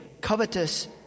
covetous